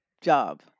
job